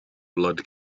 blood